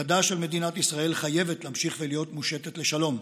ידה של מדינת ישראל חייבת להמשיך ולהיות מושטת לשלום.